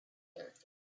character